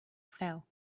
fell